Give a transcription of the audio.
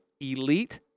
elite